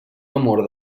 amor